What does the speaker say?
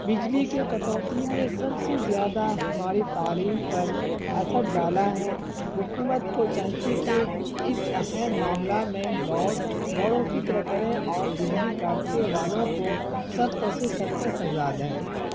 بجلی کے کٹوتی نے سب سے زیادہ ہماری تعلیم پر اثر ڈالا ہے حکومت کو چاہیے کہ اس اہم معاملہ میں غور غور و فکر کریں اور بجلی کاٹنے والوں کو سخت سے سخت سزا دیں